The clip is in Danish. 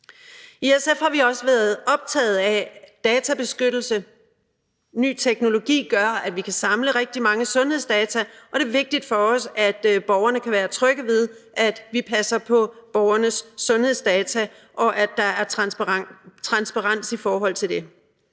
I SF har vi også været optaget af databeskyttelse. Ny teknologi gør, at vi kan samle rigtig mange sundhedsdata, og det er vigtigt for os, at borgerne kan være trygge ved, at vi passer på borgernes sundhedsdata, og at der er transparens i forhold til det.